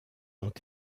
ont